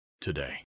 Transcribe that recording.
today